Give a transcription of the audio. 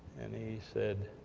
and he said,